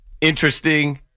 interesting